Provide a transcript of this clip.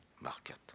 market